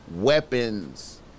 Weapons